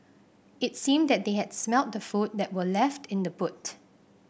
it seemed that they had smelt the food that were left in the boot